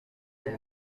well